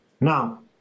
Now